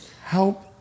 help